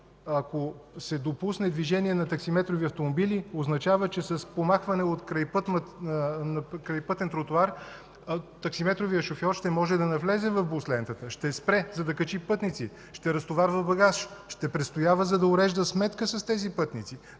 ако се допусне движение на таксиметрови автомобили, означава, че с помахване от крайпътен тротоар таксиметровият шофьор ще може да навлезе в бус лентата, ще спре, за да качи пътници, ще разтоварва багаж, ще престоява, за да урежда сметка с тези пътници